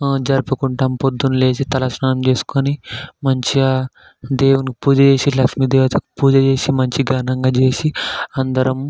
జరుపుకుంటాం పొద్దున లేసి తలస్నానం చేసుకుని మంచిగా దేవునికి పూజ చేసి లక్ష్మి దేవతకు పూజ చేసి మంచిగా ఘనంగా చేసి అందరం